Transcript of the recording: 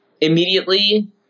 immediately